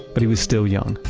but he was still young,